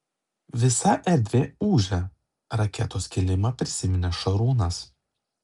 visa erdvė ūžia raketos kilimą prisiminė šarūnas